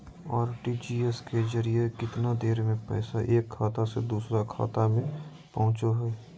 RTGS के जरिए कितना देर में पैसा एक खाता से दुसर खाता में पहुचो है?